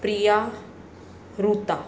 Priya रूता